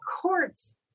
courts